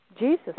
Jesus